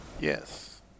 Yes